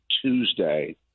Tuesday